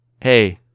Hey